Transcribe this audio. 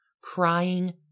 crying